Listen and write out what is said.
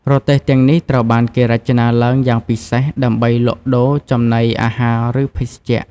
រទេះទាំងនេះត្រូវបានគេរចនាឡើងយ៉ាងពិសេសដើម្បីលក់ដូរចំណីអាហារឬភេសជ្ជៈ។